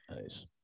Nice